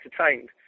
entertained